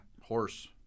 Horse